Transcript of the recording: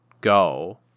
go